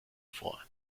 vor